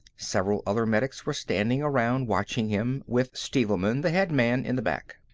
several other medics were standing around watching him, with stevelman, the head man, in the back.